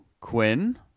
Quinn